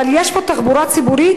אבל יש פה תחבורה ציבורית?